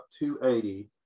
280